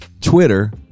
Twitter